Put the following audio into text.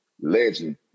Legend